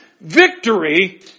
victory